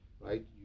right